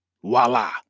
voila